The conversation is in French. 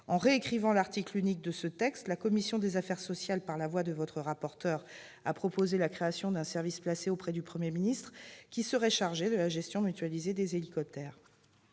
En réécrivant l'article unique de ce texte, la commission des affaires sociales, par la voix de son rapporteur, a proposé la création d'un service placé auprès du Premier ministre, service qui serait chargé de la gestion mutualisée des hélicoptères.